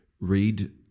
read